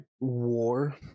war